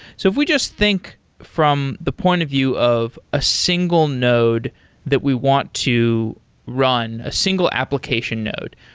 so if we just think from the point of view of a single node that we want to run, a single application node.